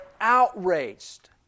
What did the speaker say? outraged